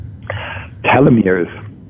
Telomeres